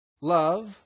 love